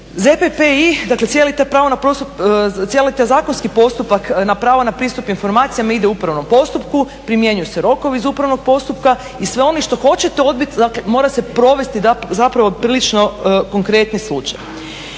dakle cijeli taj zakonski postupak na prava na pristup informacija me ide u upravnom postupku, primjenjuju se rokovi iz upravnog postupka i sve svi oni koji hoće to odbit, dakle mora se provesti zapravo prilično konkretni slučaj.